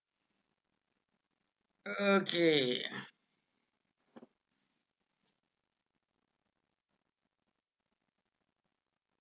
o~ okay